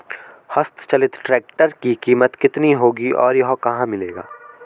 हस्त चलित ट्रैक्टर की कीमत कितनी होगी और यह कहाँ मिलेगा?